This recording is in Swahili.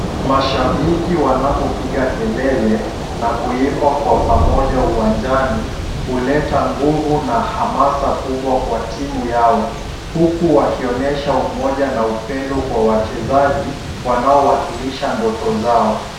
Mashabiki wanapopiga kelele na kuimba kwa pamoja uwanjani, huleta nguvu na hamasa kubwa kwa timu yao, huku wakionyesha umoja na upendo kwa wachezaji wanaowakilisha ndoto zao.